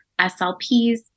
SLPs